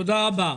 תודה רבה.